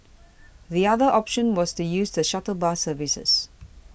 the other option was to use the shuttle bus services